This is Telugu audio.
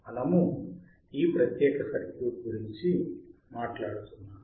మనము ఈ ప్రత్యేక సర్క్యూట్ గురించి మాట్లాడుతున్నాము